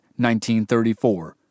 1934